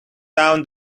down